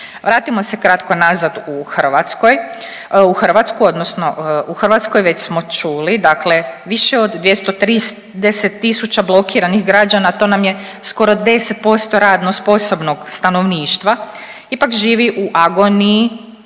Vratimo se kratko nazad u Hrvatskoj, u Hrvatsku odnosno u Hrvatskoj već smo čuli dakle više od 230.000 blokiranih građana to nam skoro 10% radno sposobnog stanovništva ipak živi u agoniji.